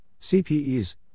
CPEs